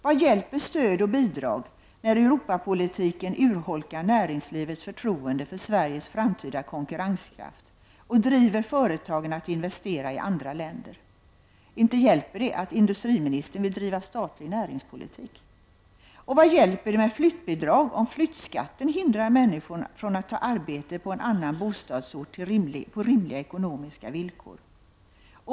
Vad hjälper stöd och bidrag när Europapolitiken urholkar näringslivets förtroende för Sveriges framtida konkurrenskraft och driver företagen att investera i andra länder? Inte hjälper det att industriministern vill driva statlig näringspolitik. Vad hjälper det med flyttbidrag om flyttskatten hindrar människor från att ta arbete på en annan bostadsort på rimliga ekonomiska villkor?